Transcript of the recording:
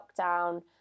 lockdown